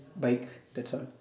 bikes that's all